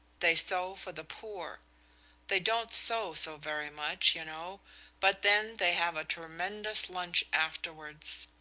they sew for the poor they don't sew so very much, you know but then they have a tremendous lunch afterwards.